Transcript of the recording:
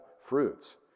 fruits